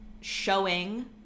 showing